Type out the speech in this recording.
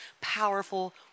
powerful